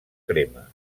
crema